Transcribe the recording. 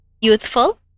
youthful